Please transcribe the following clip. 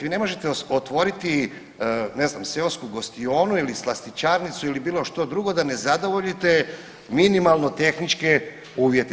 Vi ne možete otvoriti ne znam seosku gostionu ili slastičarnicu ili bilo što drugo da ne zadovoljite minimalno tehničke uvjete.